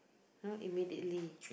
!huh! immediately